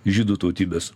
žydų tautybės